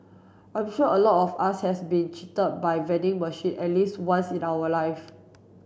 I'm sure a lot of us has been cheated by vending machine at least once in our life